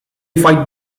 fight